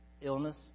Illness